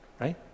right